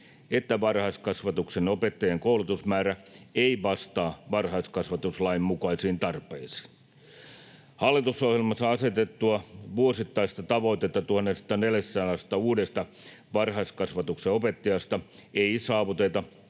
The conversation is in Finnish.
että varhaiskasvatuksen opettajien koulutusmäärä ei vastaa varhaiskasvatuslain mukaisiin tarpeisiin. Hallitusohjelmassa asetettua vuosittaista tavoitetta 1 400 uudesta varhaiskasvatuksen opettajasta ei saavuteta